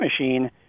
machine